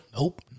Nope